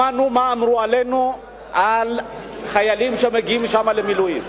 שמענו מה אמרו עלינו חיילים שמגיעים למילואים,